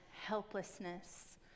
helplessness